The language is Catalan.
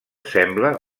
sembla